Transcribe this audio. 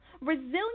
resilient